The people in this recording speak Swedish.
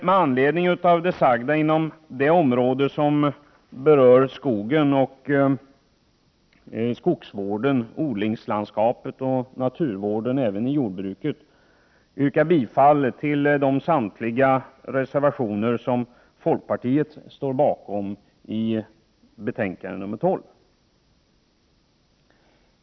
Med anledning av det sagda beträffande skogen, skogsvården, odlingslandskap, naturvården och även jordbruket yrkar jag bifall till samtliga reservationer i jordbruksutskottets betänkande 12, vilka folkpartiet står bakom.